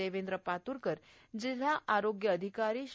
देवेंद्र पातुरकर जिल्हा आरोग्य अधिकारी श्री